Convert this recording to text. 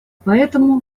поэтому